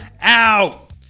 out